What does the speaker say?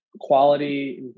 quality